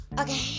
Okay